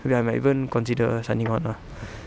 maybe I might even consider signing on lah